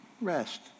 rest